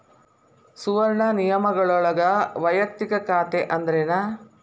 ಸುವರ್ಣ ನಿಯಮಗಳೊಳಗ ವಯಕ್ತಿಕ ಖಾತೆ ಅಂದ್ರೇನ